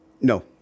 No